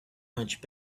much